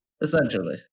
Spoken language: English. Essentially